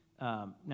Now